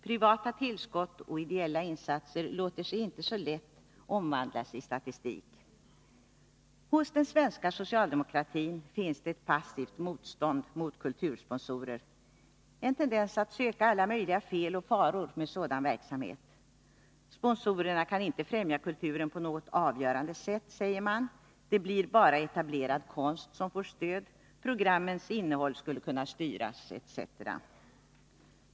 Privata tillskott och ideella insatser låter sig inte så lätt omvandlas i statistik. Hos den svenska socialdemokratin finns det ett passivt motstånd mot kultursponsorer, en tendens att söka alla möjliga fel och faror med en sådan verksamhet. Sponsorerna kan inte främja kulturen på något avgörande sätt, säger man, det blir bara etablerad konst som får stöd, programmens innehåll skulle kunna styras etc.